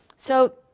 so,